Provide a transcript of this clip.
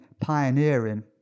pioneering